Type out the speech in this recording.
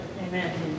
Amen